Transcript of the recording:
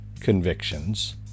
convictions